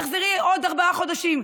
תחזרי עוד ארבעה חודשים.